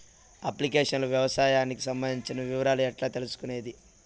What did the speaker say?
Application లో వ్యవసాయానికి సంబంధించిన వివరాలు ఎట్లా తెలుసుకొనేది?